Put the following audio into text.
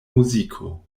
muziko